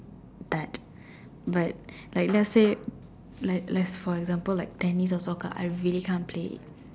at but like let's say let's for example like tennis or soccer I really can't play